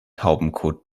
taubenkot